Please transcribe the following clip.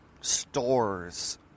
stores